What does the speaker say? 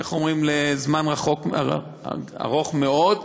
איך אומרים, זמן ארוך מאוד.